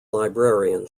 librarian